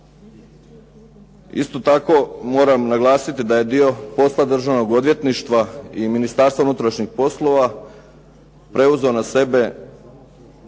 Isto tako, moram naglasiti da je dio posla Državnog odvjetništva i Ministarstva unutrašnjih poslova preuzeo na sebe